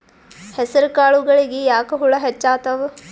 ಹೆಸರ ಕಾಳುಗಳಿಗಿ ಯಾಕ ಹುಳ ಹೆಚ್ಚಾತವ?